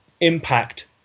impact